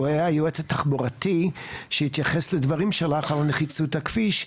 שהוא היה היועץ התחבורתי שיתייחס לדברים שלך על נחיצות הכביש.